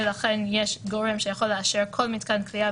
ולכן יש גורם שיכול לאשר כל מתקן כליאה